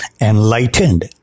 enlightened